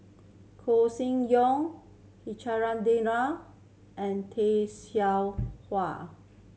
Koeh Sing Yong and Tay Seow Huah